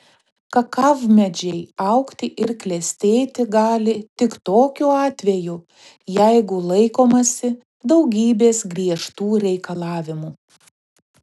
kakavmedžiai augti ir klestėti gali tik tokiu atveju jeigu laikomasi daugybės griežtų reikalavimų